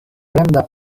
fremda